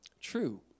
true